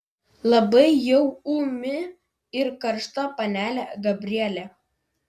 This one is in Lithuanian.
labai jau ūmi ir karšta panelė gabrielė